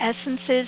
essences